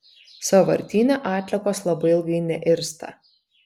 sąvartyne atliekos labai ilgai neirsta